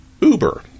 Uber